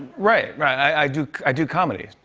right. right. i do i do comedy.